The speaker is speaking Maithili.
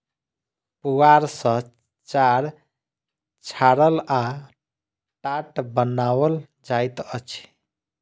पुआर सॅ चार छाड़ल आ टाट बनाओल जाइत अछि